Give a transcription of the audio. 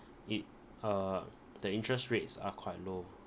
it uh the interest rates are quite low